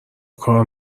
کار